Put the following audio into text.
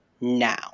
now